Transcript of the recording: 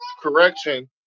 correction